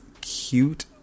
cute